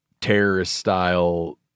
terrorist-style